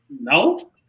No